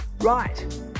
right